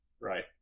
Right